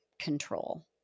control